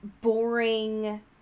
boring